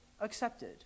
accepted